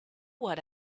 what